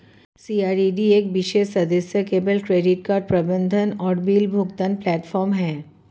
CRED एक विशेष सदस्य केवल क्रेडिट कार्ड प्रबंधन और बिल भुगतान प्लेटफ़ॉर्म है